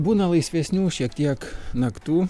būna laisvesnių šiek tiek naktų